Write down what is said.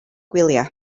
gwyliau